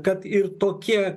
kad ir tokie